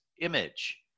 image